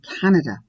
Canada